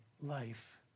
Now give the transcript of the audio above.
life